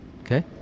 okay